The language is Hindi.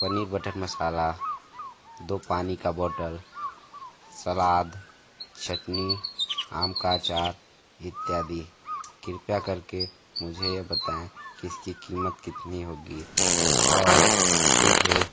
पनीर बटर मसाला दो पानी का बोटल सलाद चटनी आम का अचार इत्यादि कृपया करके मुझे यह बताएँ किसकी कीमत कितनी होगी और मुझे